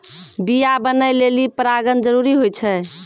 बीया बनै लेलि परागण जरूरी होय छै